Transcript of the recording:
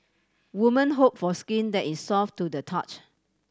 women hope for skin that is soft to the touch